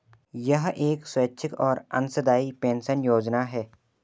यह एक स्वैच्छिक और अंशदायी पेंशन योजना है